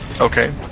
Okay